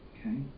Okay